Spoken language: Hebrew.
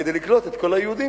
כדי לקלוט את כל היהודים,